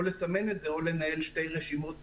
או לסמן את זה או לנהל שתי רשימות נפרדות,